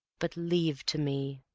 but leave to me,